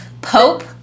Pope